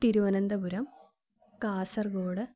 Thiruvananthapuram Kasaragod